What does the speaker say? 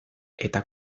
eta